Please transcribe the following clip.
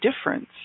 difference